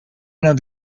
not